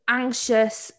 anxious